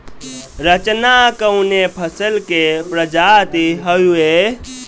रचना कवने फसल के प्रजाति हयुए?